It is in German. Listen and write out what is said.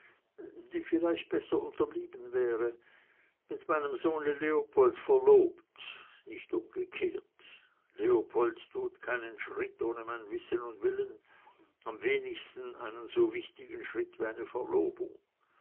die vielleicht besser unterblieben wäre mit meinem sohne leopold verlobt nicht umgekehrt leopold tut keinen schritt ohne mein wissen und willen am wenigsten einen so wichtigen schritt wie eine verlobung